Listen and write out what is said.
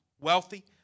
wealthy